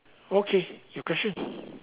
okay your question